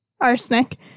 arsenic